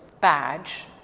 badge